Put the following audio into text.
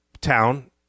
town